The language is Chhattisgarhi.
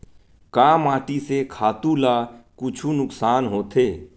का माटी से खातु ला कुछु नुकसान होथे?